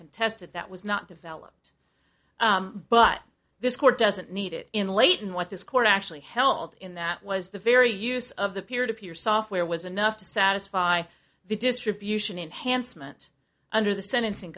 contested that was not developed but this court doesn't need it in layton what this court actually held in that was the very use of the peer to peer software was enough to satisfy the distribution enhanced meant under the sentencing